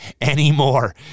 anymore